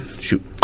Shoot